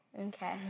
Okay